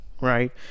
right